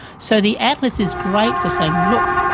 so the atlas is great for saying, look,